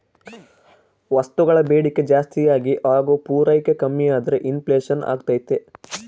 ವಸ್ತುಗಳ ಬೇಡಿಕೆ ಜಾಸ್ತಿಯಾಗಿ ಹಾಗು ಪೂರೈಕೆ ಕಮ್ಮಿಯಾದ್ರೆ ಇನ್ ಫ್ಲೇಷನ್ ಅಗ್ತೈತೆ